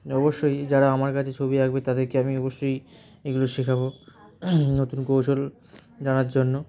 অবশ্যই যারা আমার কাছে ছবি আঁকবে তাদেরকে আমি অবশ্যই এগুলো শেখাবো নতুন কৌশল জানার জন্য